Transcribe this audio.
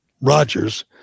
Rogers